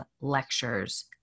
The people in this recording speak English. lectures